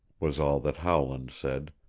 was all that howland said,